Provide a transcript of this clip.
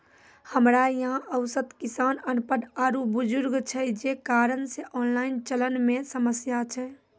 हमरा यहाँ औसत किसान अनपढ़ आरु बुजुर्ग छै जे कारण से ऑनलाइन चलन मे समस्या छै?